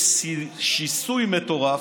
יש שיסוי מטורף,